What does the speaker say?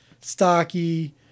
stocky